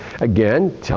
Again